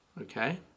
Okay